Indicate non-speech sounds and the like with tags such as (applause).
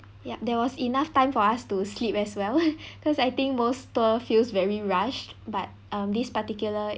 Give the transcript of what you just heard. yup there was enough time for us to sleep as well (laughs) because I think most tour feels very rushed but um this particular